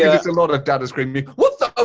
a lot of dada screaming what the ah